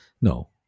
No